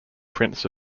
prince